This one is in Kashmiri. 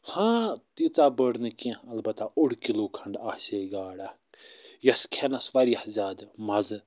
ہاں تیٖژاہ بٔڑ نہٕ کیٚنٛہہ البتہ اوٚڑ کِلوٗ کھنٛڈ آسے گاڈ اکھ یَس کھٮ۪نَس وارِیاہ زیادٕ مَزٕ